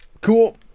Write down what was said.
Cool